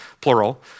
Plural